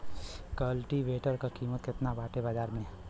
कल्टी वेटर क कीमत केतना बाटे बाजार में?